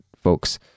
folks